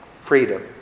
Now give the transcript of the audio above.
freedom